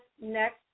next